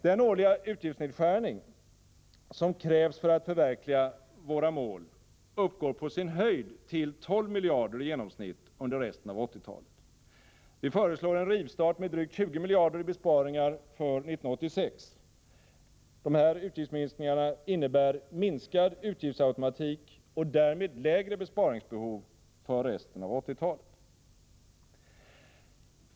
Den årliga utgiftsnedskärning som krävs för att förverkliga våra mål uppgår på sin höjd till 12 miljarder i genomsnitt under resten av 1980-talet. Vi föreslår en rivstart med drygt 20 miljarder i besparingar för 1986. Dessa utgiftsminskningar innebär minskad utgiftsautomatik och därmed lägre besparingsbehov för resten av 1980-talet.